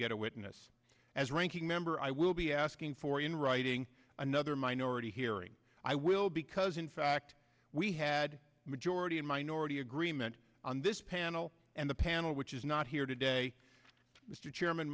get a witness as ranking member i will be asking for in writing another minority hearing i will because in fact we had majority and minority agreement on this panel and the panel which is not here today mr chairman